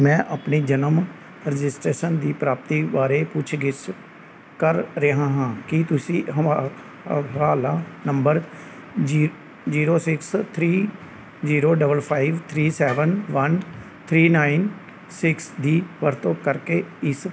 ਮੈਂ ਆਪਣੀ ਜਨਮ ਰਜਿਸਟ੍ਰੇਸ਼ਨ ਦੀ ਪ੍ਰਾਪਤੀ ਬਾਰੇ ਪੁੱਛ ਗਿੱਛ ਕਰ ਰਿਹਾ ਹਾਂ ਕੀ ਤੁਸੀਂ ਹਵਾ ਹਵਾਲਾ ਨੰਬਰ ਜੀ zero six three zero double five three seven one three nine six ਦੀ ਵਰਤੋਂ ਕਰਕੇ ਇਸ